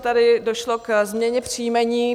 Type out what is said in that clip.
Tady došlo ke změně příjmení.